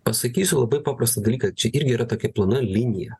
pasakysiu labai paprastą dalyką čia irgi yra tokia plona linija